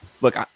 Look